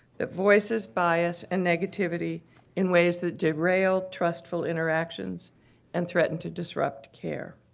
the voice is bias and negativity in ways that derailed trustful interactions and threatened to disrupt care.